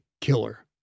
killer